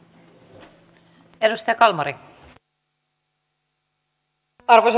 arvoisa rouva puhemies